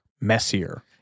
messier